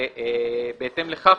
בהתאם לכך,